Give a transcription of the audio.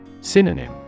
Synonym